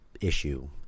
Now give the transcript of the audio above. issue